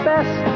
best